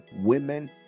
women